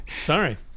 sorry